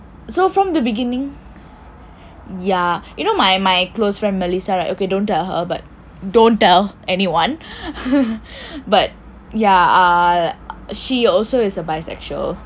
so from the beginning ya you know my my close friend melissa right ok don't tell her don't tell anyone but ya she also is a bisexual